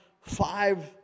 five